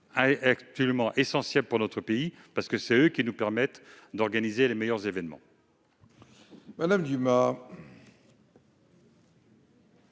essentielle pour notre pays, parce que ce sont eux qui nous permettent d'organiser les meilleurs événements.